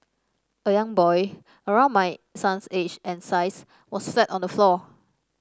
a young boy around my son's age and size was flat on the floor